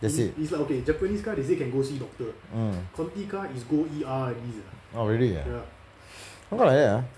that's it mm oh really ah how come like that ah